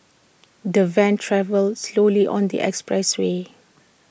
the van travelled slowly on the expressway